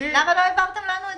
אתם יודעים מה מציק לנו.